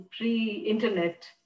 pre-internet